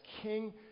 king